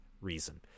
reason